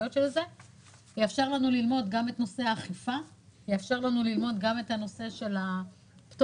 זה יאפשר לנו ללמוד את הנושא של האכיפה ואת הנושא של הפטורים.